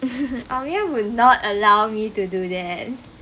ong yuan will not allow me to do that